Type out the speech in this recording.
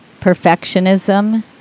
perfectionism